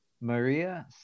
Maria